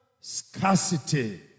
Scarcity